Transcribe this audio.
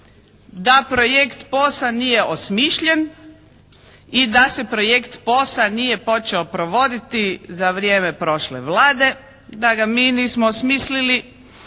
da projekt POS-a nije osmišljen i da se projekt POS-a nije počeo provoditi za vrijeme prošle Vlade, da ga mi nismo osmislili